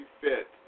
fit